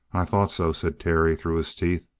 i thought so, said terry through his teeth.